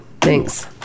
Thanks